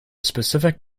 specific